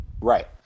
Right